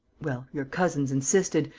well, your cousins insisted.